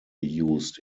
used